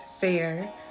fair